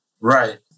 Right